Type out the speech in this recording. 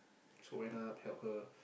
so went up help her